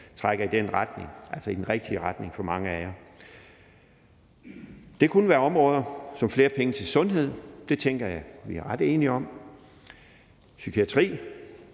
trækker i den retning, altså i den rigtige retning for mange af jer. Det kunne være områder som flere penge til sundhed og psykiatri – det tænker jeg vi er ret enige om – flere